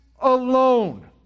alone